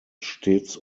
stets